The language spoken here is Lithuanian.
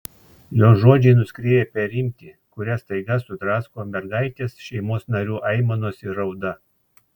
jo žodžiai nuskrieja per rimtį kurią staiga sudrasko mergaitės šeimos narių aimanos ir rauda